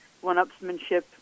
one-upsmanship